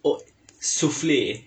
oh souffle